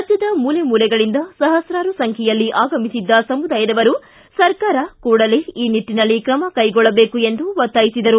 ರಾಜ್ಯದ ಮೂಲೆ ಮೂಲೆಗಳಿಂದ ಸಹಸ್ರಾರು ಸಂಖ್ಯೆಯಲ್ಲಿ ಆಗಮಿಸಿದ್ದ ಸಮುದಾಯದವರು ಸರ್ಕಾರ ಕೂಡಲೇ ಈ ನಿಟ್ಟನಲ್ಲಿ ಕ್ರಮ ಕೈಗೊಳ್ಳಬೇಕೆಂದು ಒತ್ತಾಯಿಸಿದರು